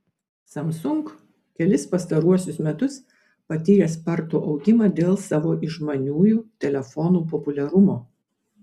samsung kelis pastaruosius metus patyrė spartų augimą dėl savo išmaniųjų telefonų populiarumo